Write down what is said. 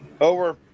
Over